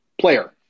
player